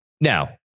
Now